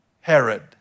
Herod